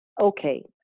okay